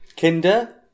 Kinder